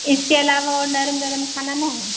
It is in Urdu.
اس کے علاوہ اور نرم نرم کھانا نا ہے